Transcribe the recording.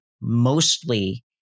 mostly